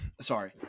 sorry